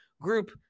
group